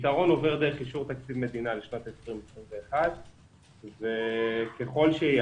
הפתרון עובר דרך אישור תקציב מדינה לשנת 2021. ככל שיהיה,